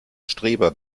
streber